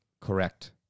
Correct